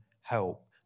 help